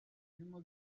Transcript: zirimo